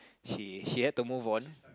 she she had to move on